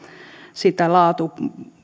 sitä